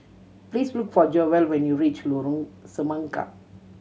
please look for Joel when you reach Lorong Semangka